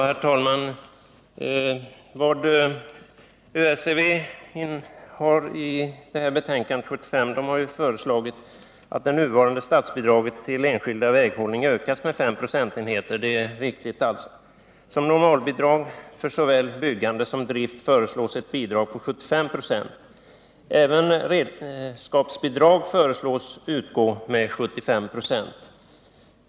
Herr talman! Det är riktigt att ÖSEV i ett betänkande år 1975 har föreslagit att det nuvarande statsbidraget till enskild väghållning ökas med 5 procentenheter. Som normalbidrag för såväl byggande som drift föreslås ett bidrag på 75 96. Även redskapsbidrag föreslås utgå med 75 926.